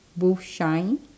boot shine